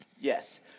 Yes